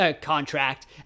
contract